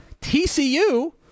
TCU